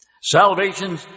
Salvation